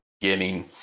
beginning